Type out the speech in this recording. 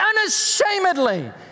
unashamedly